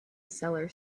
cellar